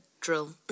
drill